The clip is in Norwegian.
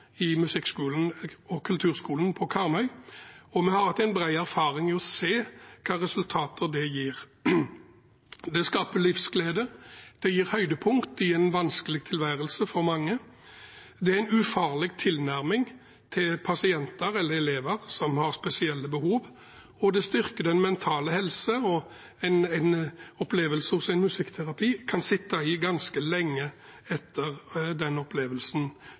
i musikkskolen og kulturskolen på Karmøy. Vi har hatt bred erfaring i å se hvilke resultater det gir. Det skaper livsglede, det gir høydepunkt i en vanskelig tilværelse for mange. Det er en ufarlig tilnærming til pasienter eller til elever som har spesielle behov, og det styrker den mentale helsen. En opplevelse hos en musikkterapeut kan sitte i ganske lenge etter den opplevelsen